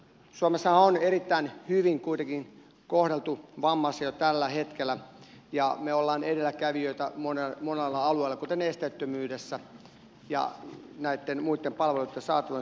suomessahan on erittäin hyvin kuitenkin kohdeltu vammaisia jo tällä hetkellä ja me olemme edelläkävijöitä monella alueella kuten esteettömyydessä ja näitten muitten palveluitten saatavuuden suhteen